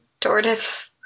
tortoise